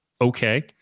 okay